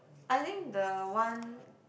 I think the one